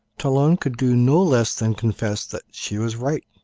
talon could do no less than confess that she was right,